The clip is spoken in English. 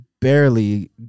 barely